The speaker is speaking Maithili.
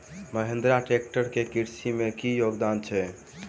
महेंद्रा ट्रैक्टर केँ कृषि मे की योगदान छै?